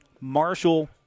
Marshall